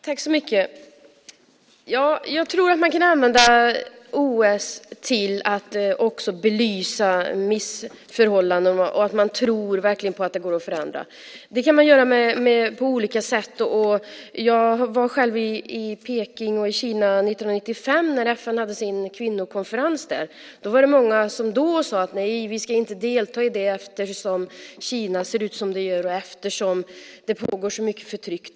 Fru talman! Jag tror att man kan använda OS till att belysa missförhållanden. Man kan verkligen tro på att det går att förändra. Det kan ske på olika sätt. Jag var själv i Peking och i Kina 1995 när FN hade sin kvinnokonferens där. Då sade många att de inte skulle delta i konferensen eftersom Kina ser ut som det gör och det pågår så mycket förtryck.